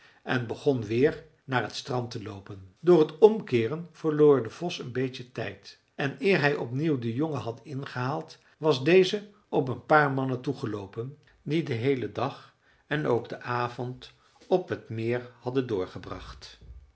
en begon weer naar het strand te loopen door het omkeeren verloor de vos een beetje tijd en eer hij opnieuw den jongen had ingehaald was deze op een paar mannen toegeloopen die den heelen dag en ook den avond op het meer hadden doorgebracht